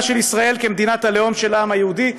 של ישראל כמדינת הלאום של העם היהודי,